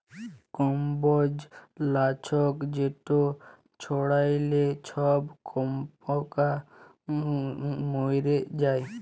কম্বজ লাছক যেট ছড়াইলে ছব মলাস্কা মইরে যায়